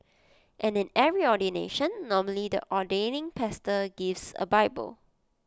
and in every ordination normally the ordaining pastor gives A bible